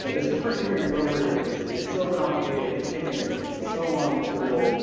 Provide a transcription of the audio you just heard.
you know this perseverance rover is is so complicated it's taken so long to build,